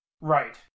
Right